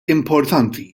importanti